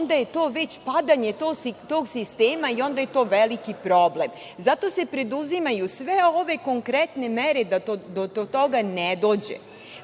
onda je to već padanje tog sistema i onda je to veliki problem. Zato se preduzimaju sve ove konkretne mere da do toga ne dođe. Prema